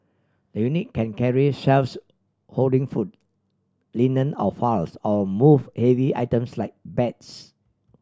the unit can carry shelves holding food linen or files or move heavy items like beds